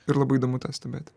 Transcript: ir labai įdomu tą stebėti